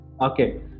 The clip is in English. Okay